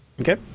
Okay